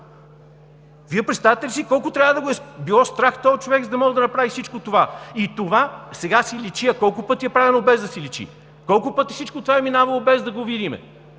Вие представяте ли си колко трябва да го е било страх този човек, за да може да направи всичко това?! И това сега си личи, а колко пъти е правено, без да си личи? Колко пъти всичко това е минавало, без да го видим?